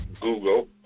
Google